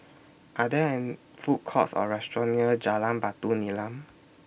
Are There An Food Courts Or restaurants near Jalan Batu Nilam